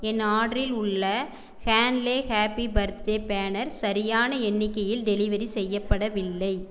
என் ஆர்டரில் உள்ள ஹேன்லே ஹேப்பி பர்த்டே பேனர் சரியான எண்ணிக்கையில் டெலிவெரி செய்யப்படவில்லை